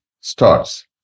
starts